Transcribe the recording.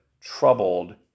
troubled